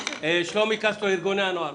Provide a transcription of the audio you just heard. שלומי קסטרו מארגוני הנוער בבקשה.